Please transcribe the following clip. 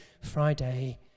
Friday